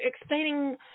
explaining